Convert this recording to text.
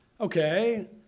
Okay